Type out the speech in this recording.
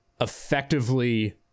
effectively